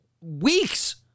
weeks